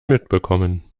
mitbekommen